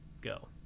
Go